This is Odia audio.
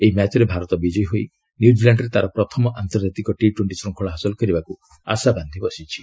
ଏହି ମ୍ୟାଚ୍ରେ ଭାରତ ବିଜୟୀ ହୋଇ ନ୍ୟୁକିଲାଶ୍ଡରେ ତାର ପ୍ରଥମ ଆନ୍ତର୍ଜାତିକ ଟି ଟୋଣ୍ଟି ଶୃଙ୍ଗଳା ହାସଲ କରିବାକୁ ଆଶାବାନ୍ଧି ବସିଛି